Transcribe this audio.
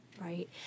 right